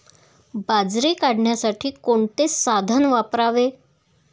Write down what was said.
बाजरी काढण्यासाठी कोणते साधन वापरावे?